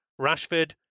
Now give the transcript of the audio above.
rashford